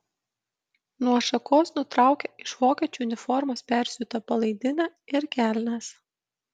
nuo šakos nutraukia iš vokiečių uniformos persiūtą palaidinę ir kelnes